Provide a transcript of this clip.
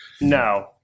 No